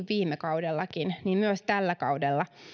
viime kaudellakin niin myös tällä kaudella